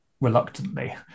reluctantly